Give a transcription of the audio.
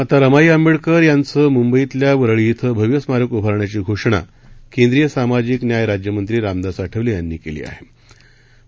माता रमाई आंबेडकर यांचं मुंबईतल्या वरळी श्वे भव्य स्मारक उभारण्याची घोषणा केंद्रीय सामाजिक न्याय राज्यमंत्री रामदास आठवले यांनी काल केलं